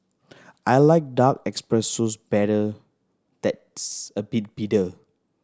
I like dark espressos better that's a bit bitter